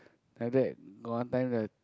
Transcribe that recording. after that got one time the